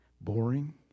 boring